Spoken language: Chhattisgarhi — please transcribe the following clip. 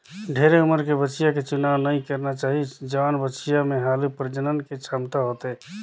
ढेरे उमर के बछिया के चुनाव नइ करना चाही, जवान बछिया में हालु प्रजनन के छमता होथे